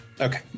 Okay